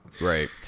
right